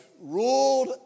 ruled